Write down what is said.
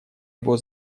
его